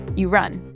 you run.